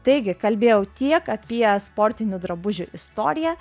taigi kalbėjau tiek apie sportinių drabužių istoriją